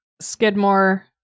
Skidmore